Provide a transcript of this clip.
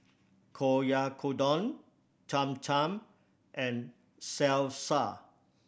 Oyakodon Cham Cham and Salsa